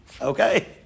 Okay